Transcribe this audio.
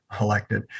elected